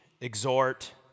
exhort